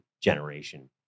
generation